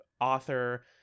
author